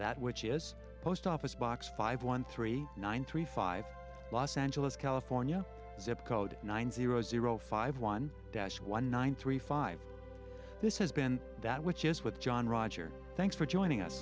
that which is post office box five one three nine three five los angeles california zip code nine zero zero five one dash one nine three five this has been that which is with john roger thanks for joining us